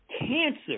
cancer